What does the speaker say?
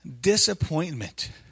disappointment